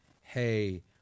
hey